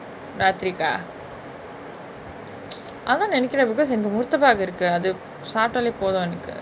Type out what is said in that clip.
ராதிரிகா:raathirikaa அதா நெனைகுர:atha nenaikura because எனக்கு:enaku murtabak இருக்கு அது சாப்டாலே போது எனக்கு:iruku athu saaptaale pothu enaku